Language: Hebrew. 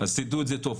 אז תדעו את זה טוב,